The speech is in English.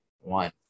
One